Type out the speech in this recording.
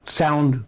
sound